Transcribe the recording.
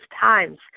times